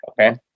Okay